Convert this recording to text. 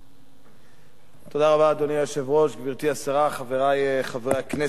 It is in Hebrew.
אדוני היושב-ראש, גברתי השרה, חברי חברי הכנסת,